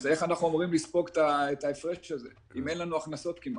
אז איך אנחנו אמורים לספוג את ההפרש הזה אם אין לנו הכנסות כמעט?